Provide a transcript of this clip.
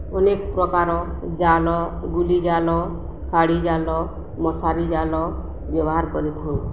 ଅନେକ ପ୍ରକାର ଜାଲ ଗୁଲି ଜାଲ ଖାଡ଼ି ଜାଲ ମଶାରୀ ଜାଲ ବ୍ୟବହାର କରିଥାଉଁ